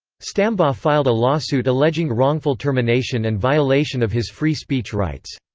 stambaugh filed a lawsuit alleging wrongful termination and violation of his free speech rights.